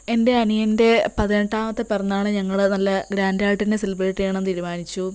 എൻ്റെ അനിയൻ്റെ പതിനെട്ടാമത്തെ പിറന്നാള് ഞങ്ങള് നല്ല ഗ്രാൻറ്റായിട്ട് തന്നെ സെലിബ്രേറ്റ് ചെയ്യണമെന്ന് തീരുമാനിച്ചു